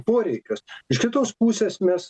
poreikius iš kitos pusės mes